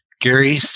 Gary